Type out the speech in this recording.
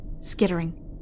skittering